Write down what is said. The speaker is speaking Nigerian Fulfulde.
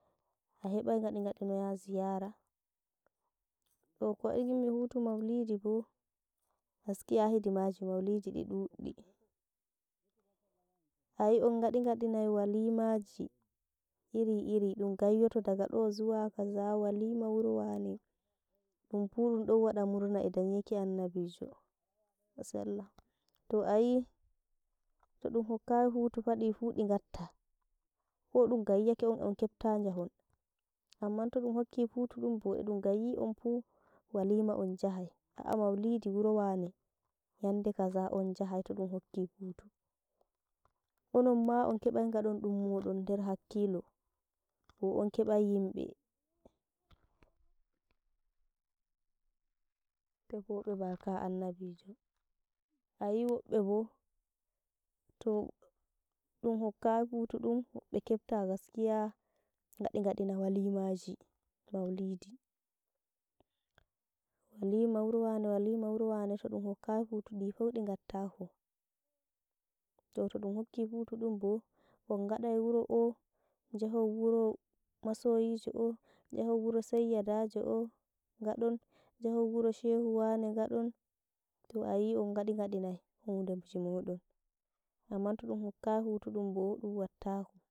Aa hebaii ngaɗi-ngaɗi noya ziyara too kowadii ngimmi hutu maulidi boo, gaskiya hidimaji maulidi dudɗi aa yii on ngaɗi-ngaɗi nai walimaji iri iri ɗum gaiyato daga do zuwa kaza walima wuro waane, ɗumfuu ɗumdon wada murna eeh danyeki annabijo sallalahu alaii wa sallam, too ayii todum hokkayi hutu faa difuu ɗi ngatta kodum gaiyake on onkepta njahon amman todum hokki hutu dumbo edum gayyi on fuu walima onjahaii, a'ah maulidi wuro wanee, nyanɗe kaza on njahai todum hokki hutu, onon maa onkebai ngadon dum modon nder hakkilo bo'on kebai yimbe tefobe barka annabijo. Ayi wobɓebo to ɗum hokkai hutudum wobbe kepta gaskiya ngaɗi-ngaɗina walimaji maulidi, walima wuro wane, walima wuro wane toɗum hokkai hutu difuu di ngattako tootodum hokki hutu dumbo, on ngaɗai wuro ooh, jahon wuro masoyijo'oh jahon wuro saiyadajo ooh ngaɗon, jahon wuro shehu wane ngaɗon, to ayi on ngaɗi-ngaɗi nai huɗeji modon, amma todum hokkai hutu ɗumbo ɗum wattako.